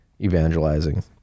evangelizing